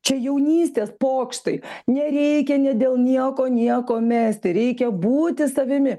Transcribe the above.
čia jaunystės pokštai nereikia ne dėl nieko nieko mesti reikia būti savimi